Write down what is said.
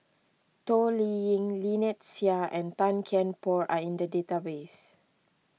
Toh Liying Lynnette Seah and Tan Kian Por are in the database